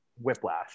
whiplash